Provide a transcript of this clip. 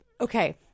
okay